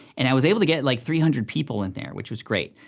and i was able to get like, three hundred people in there, which was great.